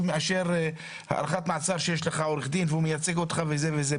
לקבל החלטות מאשר הארכת מעצר שיש לך עורך דין והוא מייצג אותך ב-זום.